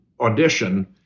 audition